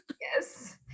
yes